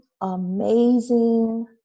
amazing